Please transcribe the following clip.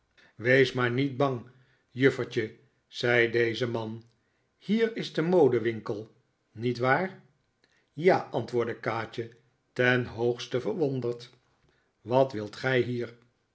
wees maar niet bang juffertje zei deze man hier is de modewinkel niet waar ja antwoordde kaatje ten hoogste verwonderd wat wilt gij hier